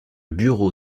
bureau